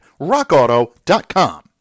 RockAuto.com